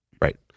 right